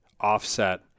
offset